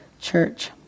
Church